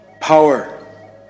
power